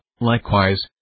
likewise